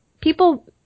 people